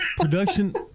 Production